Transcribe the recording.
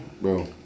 bro